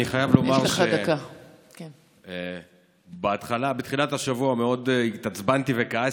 אני חייב לומר שבתחילת השבוע מאוד התעצבנתי וכעסתי,